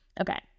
okay